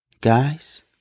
Guys